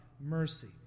mercy